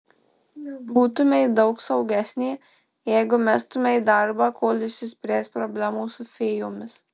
būtumei daug saugesnė jeigu mestumei darbą kol išsispręs problemos su fėjomis